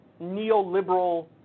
neoliberal